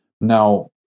now